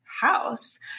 house